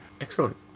Excellent